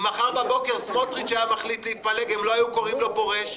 אם מחר בבוקר סמוטריץ' היה מחליט להתפלג הם לא היו קוראים לו פורש.